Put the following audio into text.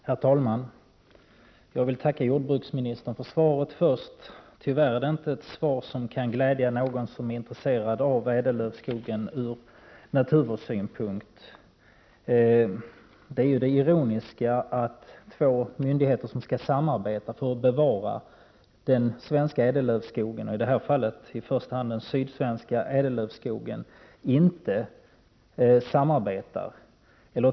Herr talman! Först vill jag tacka jordbruksministern för svaret. Tyvärr är det inte ett svar som kan glädja den som är intresserad av ädellövskogen ur naturvårdssynpunkt. Det ironiska här är att två myndigheter som skall samarbeta när det gäller bevarandet av den svenska ädellövskogen — i första hand den sydsvenska — inte gör detta.